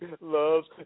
loves